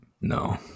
No